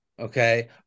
okay